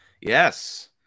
Yes